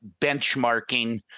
benchmarking